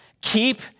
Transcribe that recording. keep